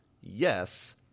Yes